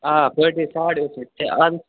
آ پٔر ڈے ساڑ ٲٹھ شیٚتھ ہَے اَہَن حظ